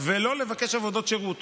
ולא לבקש עבודות שירות